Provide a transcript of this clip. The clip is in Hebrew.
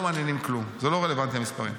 חבל על הזמן.